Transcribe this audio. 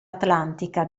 atlantica